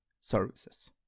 services